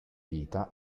vita